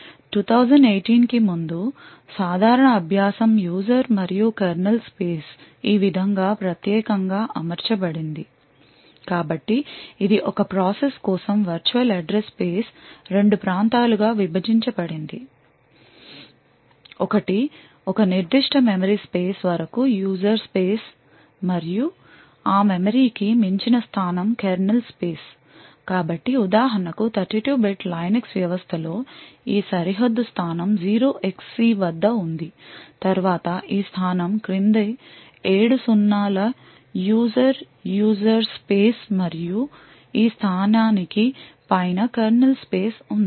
2018 కి ముందు సాధారణ అభ్యాసం యూజర్ మరియు కెర్నల్ స్పేస్ ఈ విధంగా ప్రత్యేకంగా అమర్చబడింది కాబట్టి ఇది ఒక ప్రాసెస్ కోసం వర్చువల్ అడ్రస్ స్పేస్ రెండు ప్రాంతాలుగా విభజించబడింది ఒకటి ఒక నిర్దిష్ట మెమరీ స్పేస్ వరకు యూజర్ స్పేస్ మరియు ఆ మెమరీ కి మించిన స్థానం కెర్నల్ స్పేస్ కాబట్టి ఉదాహరణకు 32 bit లైనక్స్ వ్యవస్థలో ఈ సరిహద్దు స్థానం zero XC వద్ద ఉంది తరువాత ఈ స్థానం క్రింద ఏడు సున్నాలు యూజర్ యూజర్ స్పేస్ మరియు ఈ స్థానానికి పైన కెర్నల్ స్పేస్ ఉంది